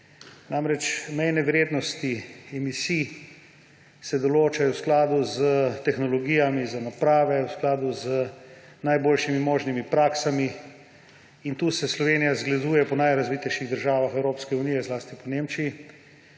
Mejne vrednosti emisij se namreč določajo v skladu s tehnologijami za naprave, v skladu z najboljšimi možnimi praksami. Tu se Slovenija zgleduje po najrazvitejših državah Evropske unije, zlasti po Nemčiji.